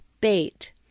bait